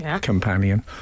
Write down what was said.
companion